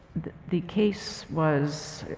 the case was,